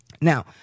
Now